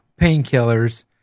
painkillers